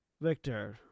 Victor